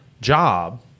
job